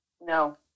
no